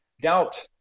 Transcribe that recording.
doubt